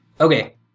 Okay